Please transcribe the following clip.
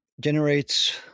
generates